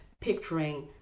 picturing